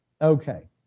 Okay